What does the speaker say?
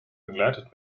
begleitet